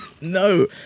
No